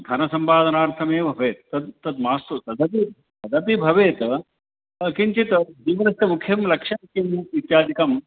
धनसम्पादनार्थमेव भवेत् तद् तद् मास्तु तदपि तदपि भवेत् किञ्चित् जीवनस्य मुख्यं लक्ष्यं किम् इत्यादिकम्